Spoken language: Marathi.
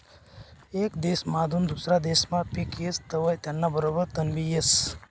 येक देसमाधून दुसरा देसमा पिक येस तवंय त्याना बरोबर तणबी येस